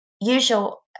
usual